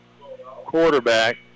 quarterback